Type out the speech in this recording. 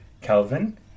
Kelvin